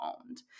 owned